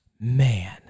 man